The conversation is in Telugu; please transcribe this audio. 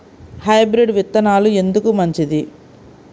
హైబ్రిడ్ విత్తనాలు ఎందుకు మంచిది?